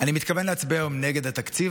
אני מתכוון להצביע נגד התקציב,